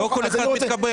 לא כל אחד מתקבל.